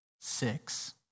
six